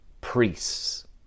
priests